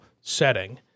setting